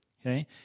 Okay